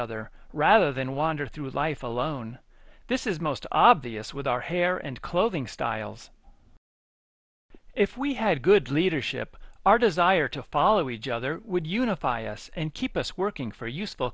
other rather than wander through life alone this is most obvious with our hair and clothing styles if we had good leadership our desire to follow each other would unify us and keep us working for useful